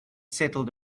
settled